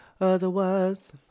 Otherwise